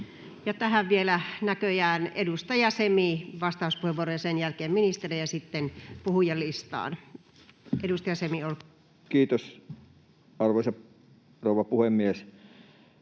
tähän vielä näköjään edustaja Semi, vastauspuheenvuoro, ja sen jälkeen ministeri ja sitten puhujalistaan. — Edustaja Semi,